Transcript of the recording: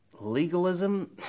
Legalism